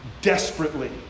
desperately